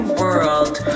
world